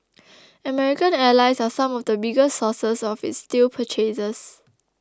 American allies are some of the biggest sources of its steel purchases